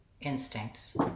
instincts